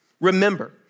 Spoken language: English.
Remember